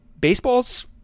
Baseball's